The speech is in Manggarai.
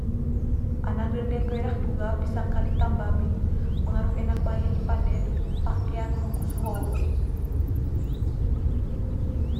Anak de ende koe daku ga pisa ngkali tamba ming pengaru enak bail pande'r pake agu rukus ho'o bo.